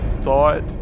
thought